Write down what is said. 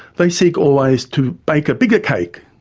they seek always to bake a bigger cake,